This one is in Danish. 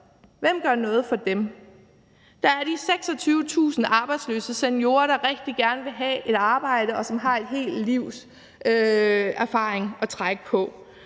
Hvem gør noget for dem? Der er de 26.000 arbejdsløse seniorer, der rigtig gerne vil have et arbejde, og som har et helt livs erfaring at trække på,